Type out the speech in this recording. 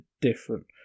different